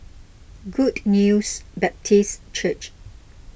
Good News Baptist Church